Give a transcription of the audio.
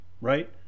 right